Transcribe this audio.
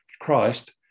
Christ